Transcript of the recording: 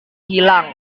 hilang